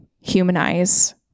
humanize